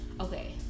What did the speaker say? okay